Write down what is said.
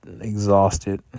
exhausted